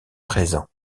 présent